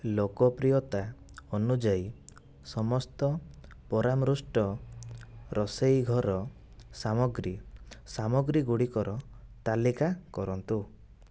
ଲୋକପ୍ରିୟତା ଅନୁଯାୟୀ ସମସ୍ତ ପରାମୃଷ୍ଟ ରୋଷେଇ ଘର ସାମଗ୍ରୀ ସାମଗ୍ରୀ ଗୁଡ଼ିକର ତାଲିକା କରନ୍ତୁ